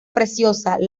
preciosa